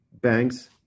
banks